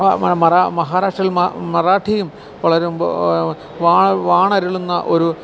മഹാരാഷ്ട്രയില് മറാഠിയും വാണരുളുന്ന ഒരു